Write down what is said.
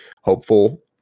hopeful